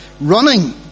running